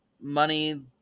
money